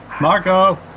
Marco